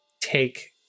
take